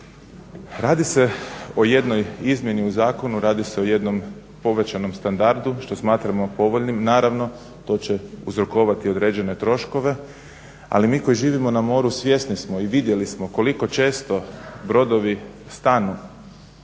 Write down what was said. Radi se o jednoj izmjeni u zakonu, radi se o jednom povećanom standardu što smatramo povoljnim, naravno to će uzrokovati određene troškove. Ali mi koji živimo na moru svjesni smo i vidjeli smo koliko često brodovi stanu,